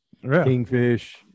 kingfish